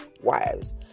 wives